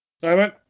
Simon